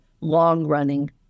long-running